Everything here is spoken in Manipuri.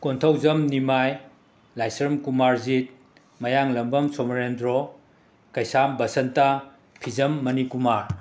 ꯀꯣꯟꯊꯧꯖꯝ ꯅꯤꯃꯥꯏ ꯂꯥꯏꯁ꯭ꯔꯝ ꯀꯨꯃꯥꯔꯖꯤꯠ ꯃꯌꯥꯡꯂꯝꯕꯝ ꯁꯣꯃꯣꯔꯦꯟꯗ꯭ꯔꯣ ꯀꯩꯁꯥꯝ ꯕꯁꯟꯇꯥ ꯐꯤꯖꯝ ꯃꯅꯤꯀꯨꯃꯥꯔ